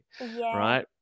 right